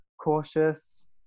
cautious